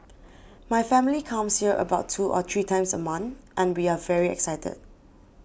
my family comes here about two or three times a month and we are very excited